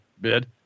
bid